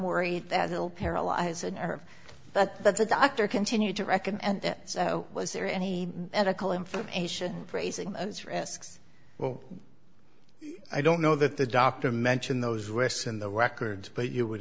worried that will paralyze a nerve but that's a doctor continued to reckon and so was there any medical information raising those risks well i don't know that the doctor mentioned those rests in the records but you would